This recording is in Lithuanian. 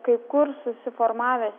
kai kur susiformavęs